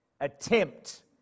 Attempt